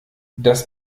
das